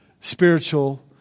spiritual